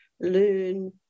learn